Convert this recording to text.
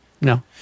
No